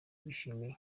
bishimiye